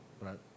Right